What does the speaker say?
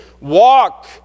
walk